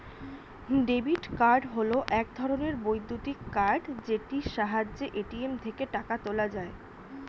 debit card হল এক ধরণের বৈদ্যুতিক কার্ড যেটির সাহায্যে এ.টি.এম থেকে টাকা তোলা যায়